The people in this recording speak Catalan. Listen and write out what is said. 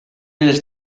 els